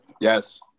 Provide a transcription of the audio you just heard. Yes